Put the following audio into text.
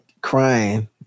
crying